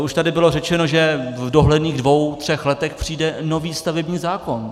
Už tady bylo řečeno, že v dohledných dvou třech letech přijde nový stavební zákon.